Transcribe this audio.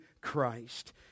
Christ